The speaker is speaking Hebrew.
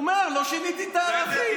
הוא אומר: לא שיניתי את הערכים,